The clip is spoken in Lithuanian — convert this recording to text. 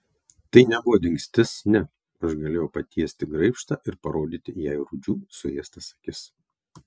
tai nebuvo dingstis ne aš galėjau patiesti graibštą ir parodyti jai rūdžių suėstas akis